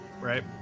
right